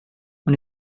och